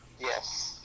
Yes